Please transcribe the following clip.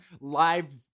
live